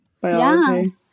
biology